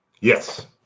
yes